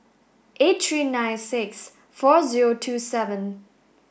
eight three nine six four zero two seven